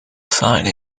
site